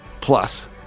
plus